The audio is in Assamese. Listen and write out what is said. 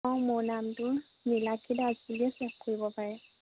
অঁ মোৰ নামটো নীলাক্ষি দাস বুলিয়ে ছেভ কৰিব পাৰে